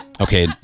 Okay